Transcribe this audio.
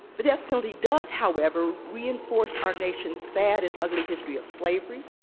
the death penalty does, however, reinforce our nation's sad and ugly history of slavery,